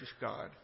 God